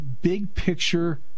big-picture